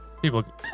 People